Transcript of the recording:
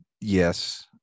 yes